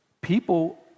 People